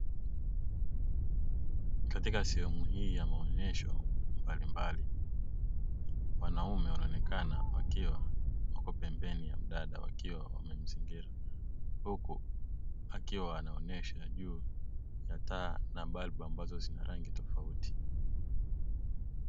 Katika sehemu hii ya maonyesho mbalimbali wanaume wanaonekana wakiwa wako pembeni ya mdada wakiwa wamemzingira huku akiwa anaonyesha juu ya taa na balbu ambazo zina rangi tofauti.